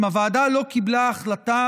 אם הוועדה לא קיבלה החלטה,